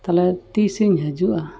ᱛᱟᱦᱚᱞᱮ ᱛᱤᱸᱥ ᱤᱧ ᱦᱤᱡᱩᱜᱼᱟ